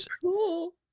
cool